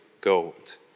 gold